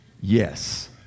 Yes